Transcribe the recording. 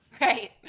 right